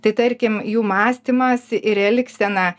tai tarkim jų mąstymas ir elgsena